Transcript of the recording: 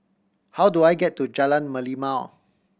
how do I get to Jalan Merlimau